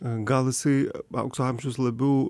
gal jisai aukso amžius labiau